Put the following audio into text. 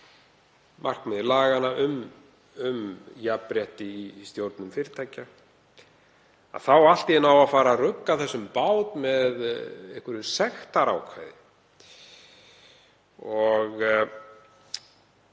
markmiði laganna um jafnrétti í stjórnum fyrirtækja? Það á allt í einu að fara að rugga bátnum með einhverju sektarákvæði.